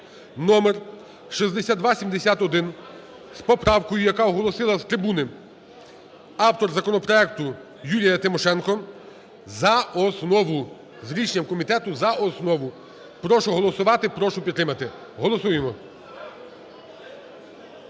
(номер 6271) з поправкою, яку оголосила з трибуни автор законопроекту Юлія Тимошенко, за основу, з рішенням комітету за основу. Прошу голосувати, прошу підтримати. Голосуємо.